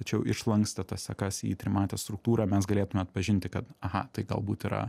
tačiau išlankstę tas sekas į trimatę struktūrą mes galėtume atpažinti kad aha tai galbūt yra